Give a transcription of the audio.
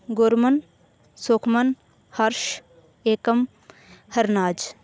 Gurman Sukhman Harsh Ekam Harnaaz